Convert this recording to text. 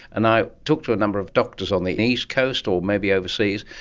and i talked to a number of doctors on the east coast or maybe overseas,